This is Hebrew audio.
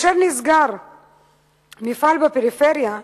כאשר נסגר מפעל בפריפריה,